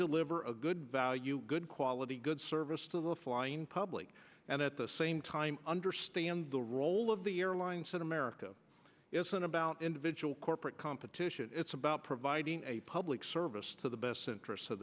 deliver a good value good quality good service to the flying public and at the same time understand the role of the airlines in america isn't about individual corporate competition it's about providing a public service to the best interests of